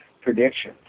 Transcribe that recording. prediction